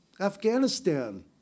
Afghanistan